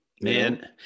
Man